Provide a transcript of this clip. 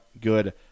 good